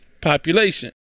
population